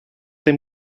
them